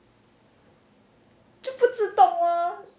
就不自动 lor